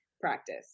practice